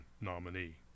nominee